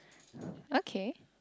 okay